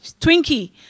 Twinkie